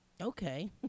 Okay